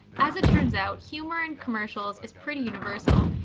as it turns out, humor in commercials is pretty universal.